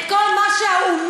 את כל מה שהאומה,